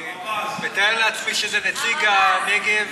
אני מתאר לעצמי שזה נציג הנגב,